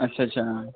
अच्छा अच्छा